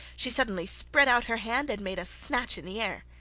she suddenly spread out her hand, and made a snatch in the air.